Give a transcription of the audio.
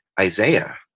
Isaiah